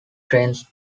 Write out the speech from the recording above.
trains